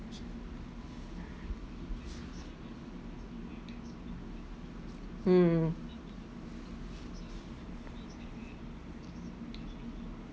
hmm